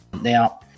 Now